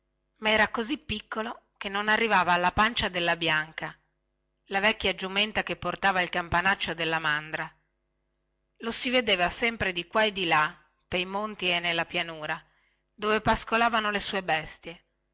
ma era così piccolo che non arrivava alla pancia della bianca la vecchia giumenta che portava il campanaccio della mandra lo si vedeva sempre di qua e di là pei monti e nella pianura dove pascolavano le sue bestie